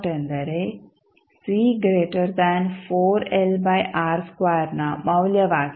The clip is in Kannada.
ಎಂದರೆ ನ ಮೌಲ್ಯವಾಗಿದೆ